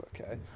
okay